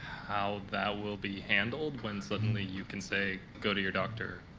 how that will be handled when suddenly you can, say, go to your doctor,